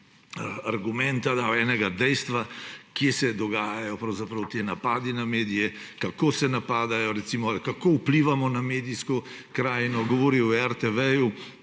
argumenta dal, enega dejstva, kje se dogajajo pravzaprav ti napadi na medije, kako se napadajo, kako vplivamo na medijsko krajino. Govoril je